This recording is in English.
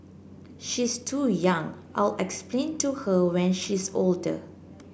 she's too young I'll explain to her when she's older